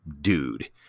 dude